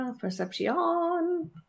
Perception